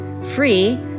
free